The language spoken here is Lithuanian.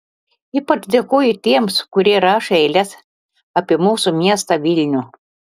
ypač dėkoju tiems kurie rašo eiles apie mūsų miestą vilnių